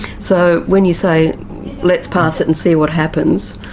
so when you say let's pass it and see what happens,